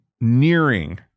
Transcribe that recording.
nearing